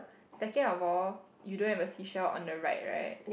second of all you don't have a seashell on the right right